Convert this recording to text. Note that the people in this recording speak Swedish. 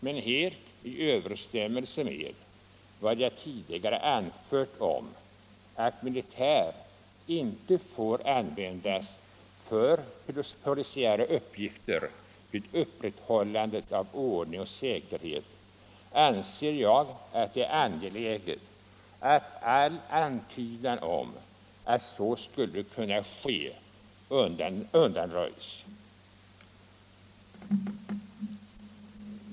Men helt i överensstämmelse med vad jag tidigare anfört om att militär inte får användas för polisiära uppgifter vid upprätthållande av ordning och säkerhet, anser jag det angeläget att all antydan om att så skulle kunna ske undanröjs.